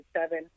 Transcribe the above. seven